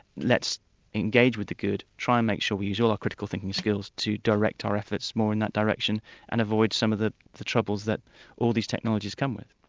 let's engage with the good, try and make sure we use all our critical thinking skills to direct our efforts more in that direction and avoid some of the the troubles that all these technologies come with.